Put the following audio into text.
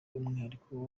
umwihariko